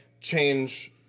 change